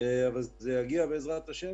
זה יגיע בעזרת השם.